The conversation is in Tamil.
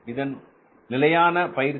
இதுதான் நிலையான பயிர்ச்சி